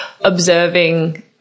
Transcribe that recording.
observing